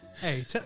Hey